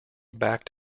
backed